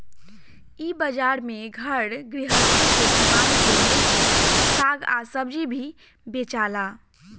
इ बाजार में घर गृहस्थी के सामान से लेके साग आ सब्जी भी बेचाला